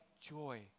joy